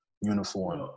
uniform